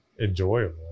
enjoyable